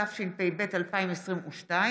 התשפ"ב 2022,